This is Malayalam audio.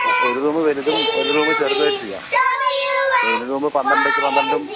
ഒരു റൂം വലുതും ഒരു റൂം ചെറുതുമായിട്ട് ചെയ്യാം ഒരു റൂം പന്ത്രണ്ടരക്കു പന്ത്രണ്ടും